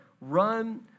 Run